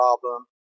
problem